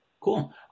cool